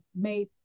made